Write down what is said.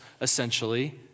essentially